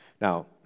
Now